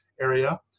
area